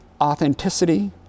authenticity